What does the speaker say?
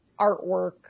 artwork